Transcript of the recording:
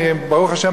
ברוך השם,